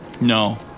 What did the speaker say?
No